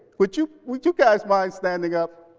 would you would you guys mind standing up?